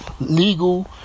legal